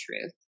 truth